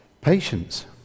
patience